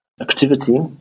activity